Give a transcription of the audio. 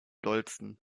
dollsten